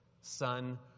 son